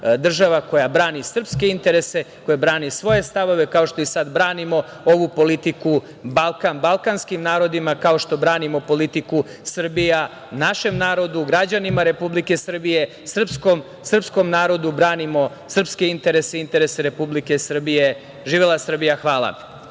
koja brani srpske interese, koja brani svoje stavove, kao što mi sad branimo ovu politiku Balkan balkanskim narodima, kao što branimo politiku Srbija našem narodu, građanima Republike Srbije, srpskom narodu, branimo srpske interese, interese Republike Srbije. Živela Srbija! Hvala.